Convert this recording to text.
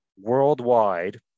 worldwide